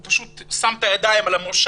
הוא פשוט שם את הידיים על המושב,